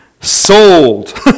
Sold